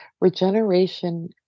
regeneration